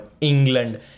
England